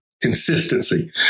consistency